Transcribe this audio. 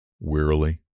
Wearily